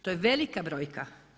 To je velika brojka.